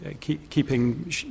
keeping